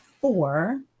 four